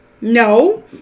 No